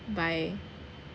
by